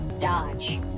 dodge